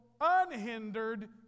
unhindered